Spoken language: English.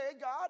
God